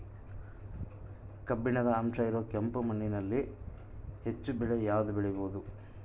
ಕಬ್ಬಿಣದ ಅಂಶ ಇರೋ ಕೆಂಪು ಮಣ್ಣಿನಲ್ಲಿ ಹೆಚ್ಚು ಬೆಳೆ ಯಾವುದು ಬೆಳಿಬೋದು?